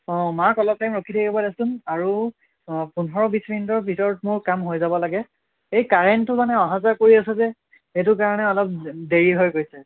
অঁ মাক অলপ টাইম ৰখি থাকিব দেচোন আৰু পোন্ধৰ বিছ মিনিটৰ ভিতৰত মোৰ কাম হৈ যাব লাগে এই কাৰেণ্টটো মানে অহা যোৱা কৰি আছে যে সেইটো কাৰণে অলপ দেৰি হৈ গৈছে